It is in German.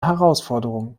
herausforderung